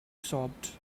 sobbed